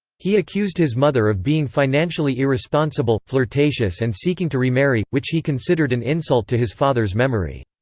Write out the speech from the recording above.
he accused his mother of being financially irresponsible, flirtatious and seeking to remarry, which he considered an insult to his father's memory.